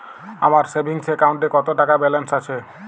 আমার সেভিংস অ্যাকাউন্টে কত টাকা ব্যালেন্স আছে?